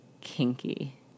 kinky